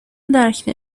درک